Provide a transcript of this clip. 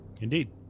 Indeed